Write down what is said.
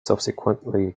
subsequently